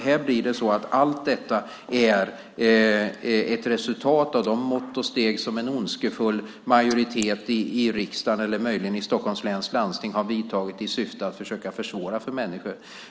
Här blir det så att allt detta är ett resultat av de mått och steg som en ondskefull majoritet i riksdagen eller möjligen i Stockholms läns landsting har vidtagit i syfte att försöka försvåra för människor.